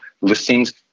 listings